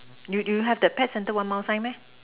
you you have that pet center one mile sign meh